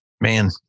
man